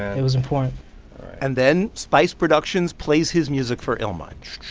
it was important and then spice productions plays his music for illmind